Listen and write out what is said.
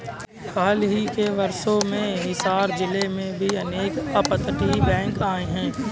हाल ही के वर्षों में हिसार जिले में भी अनेक अपतटीय बैंक आए हैं